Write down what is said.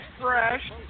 fresh